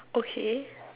okay